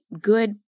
good